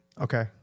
Okay